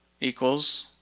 equals